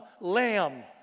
lamb